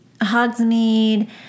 Hogsmeade